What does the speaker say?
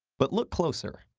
but look closer,